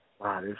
Wow